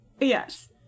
Yes